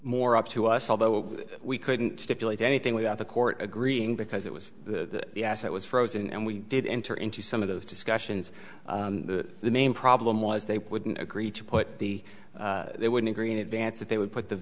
more up to us although we couldn't stipulate anything without the court agreeing because it was yes it was frozen and we did enter into some of those discussions the main problem was they wouldn't agree to put the they would agree in advance that they would put the